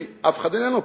כי אף אחד איננו פה,